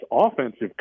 offensive